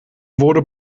wurde